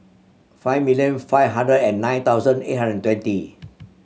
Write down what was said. five million five hundred and nine thousand eight hundred thirty